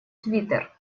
твиттер